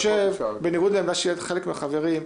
בניגוד לעמדה של חלק מהחברים,